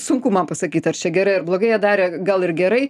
sunku man pasakyt ar čia gerai ar blogai jie darė gal ir gerai